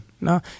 No